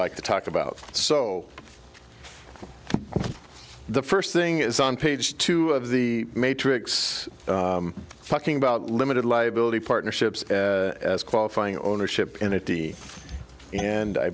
like to talk about so the first thing is on page two of the matrix talking about limited liability partnerships as qualifying ownership in a d and i